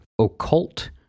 occult